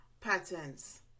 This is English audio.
patterns